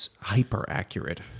hyper-accurate